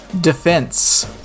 Defense